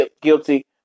guilty